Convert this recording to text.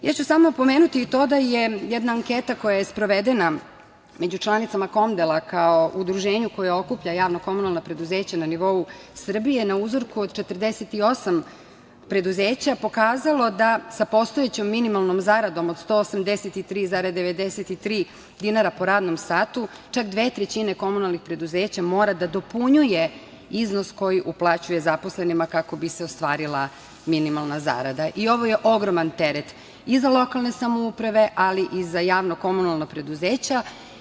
Ja ću samo pomenuti i to da je jedna anketa koja je sprovedena među članicama KOMDEL-a kao udruženje koje okuplja javna komunalna preduzeća na nivou Srbije, na uzorku od 48 preduzeća pokazalo da sa postojećom minimalnom zaradom od 183,93 dinara po radnom satu, čak dve trećine komunalnih preduzeća mora da dopunjuje iznos koji uplaćuje zaposlenima kako bi se ostvarila minimalna zarada i ovo je ogroman teret i za lokalne samouprave, ali i za javna komunalna preduzeća.